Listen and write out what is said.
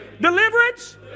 deliverance